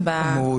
כמות,